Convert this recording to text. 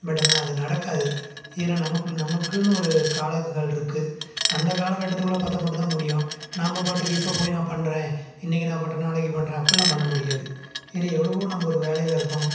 but ஆனால் அது நடக்காது ஏன்னா நமக்கு நமக்குன்னு ஒரு காலங்கள் இருக்குது அந்த காலகட்டத்துக்குள்ள பார்த்தா மட்டும் தான் முடியும் நாம் பாட்டுக்கு இப்போ போயி நான் பண்ணுறேன் இன்றைக்கி நான் பண்ணுறேன் நாளைக்கி பண்ணுறேன் அப்புடிலாம் பண்ண முடியாது இனி எவ்வளோவோ நம்ம ஒரு வேலையில் இருக்கோம்